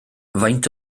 faint